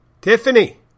Tiffany